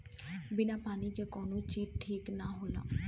बिना पानी के कउनो चीज ठीक नाही होला